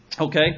Okay